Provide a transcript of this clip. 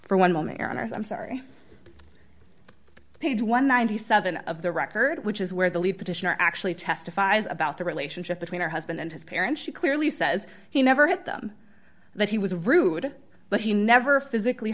for one moment your honor i'm sorry page one hundred and ninety seven of the record which is where the lead petitioner actually testifies about the relationship between her husband and his parents she clearly says he never hit them that he was rude but he never physically